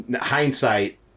hindsight